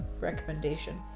recommendation